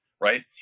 right